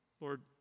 Lord